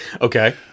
Okay